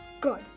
Good